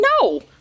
no